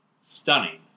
stunning